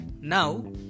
Now